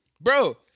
Bro